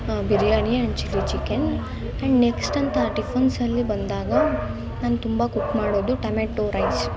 biryani and chilli chicken and next ಅಂತ tiffins ಅಲ್ಲಿ ಬಂದಾಗ ನಾನು ತುಂಬ ಕುಕ್ ಮಾಡೋದು ಟೆಮೆಟೊ ರೈಸ್